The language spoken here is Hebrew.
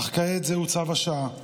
אך כעת זהו צו השעה.